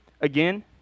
again